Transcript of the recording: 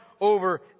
over